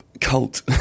cult